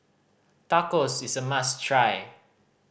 tacos is a must try